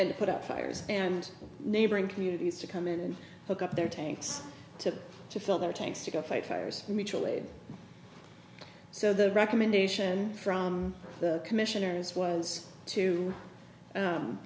and put out fires and neighboring communities to come in and hook up their tanks to to fill their tanks to go fight fires mutually so the recommendation from the commissioners was to